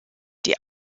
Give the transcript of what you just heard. die